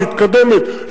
מתקדמת,